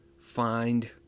find